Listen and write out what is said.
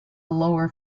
lower